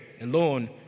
alone